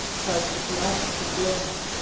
tries to grasp his limbs,